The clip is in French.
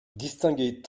distinguer